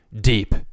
deep